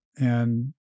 And-